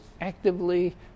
actively